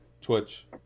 twitch